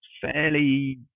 fairly